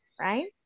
right